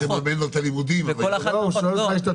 תממן לו את הלימודים ולא תיתן לו דמי --- לא,